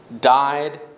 died